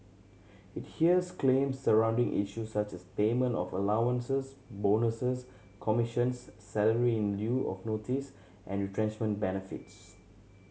it hears claims surrounding issues such as payment of allowances bonuses commissions salary in lieu of notice and retrenchment benefits